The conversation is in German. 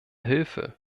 hilfe